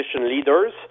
leaders